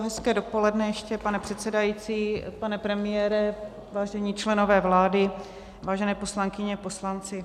Hezké dopoledne ještě, pane předsedající, pane premiére, vážení členové vlády, vážené poslankyně, poslanci.